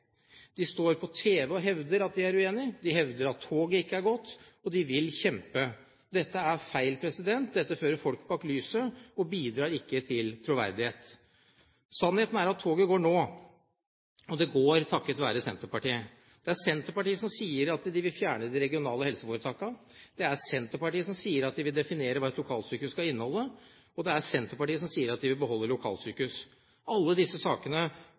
De står på tv og hevder at de er uenige, de hevder at toget ikke er gått, og at de vil kjempe. Dette er feil. Dette fører folk bak lyset og bidrar ikke til troverdighet. Sannheten er at toget går nå, og det går takket være Senterpartiet. Det er Senterpartiet som sier at de vil fjerne de regionale helseforetakene, det er Senterpartiet som sier at de vil definere hva et lokalsykehus skal inneholde, og det er Senterpartiet som sier at de vil beholde lokalsykehus. Alle disse sakene